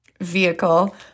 vehicle